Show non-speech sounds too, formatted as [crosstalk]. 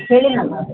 ಹೇಳಿ [unintelligible]